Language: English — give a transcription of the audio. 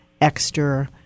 extra